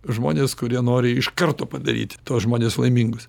žmonės kurie nori iš karto padaryti tuos žmones laimingus